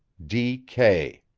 d. k.